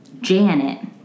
Janet